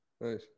nice